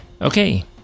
Okay